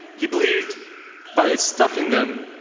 he believed by stuffing them,